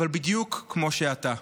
אבל בדיוק כמו שאתה.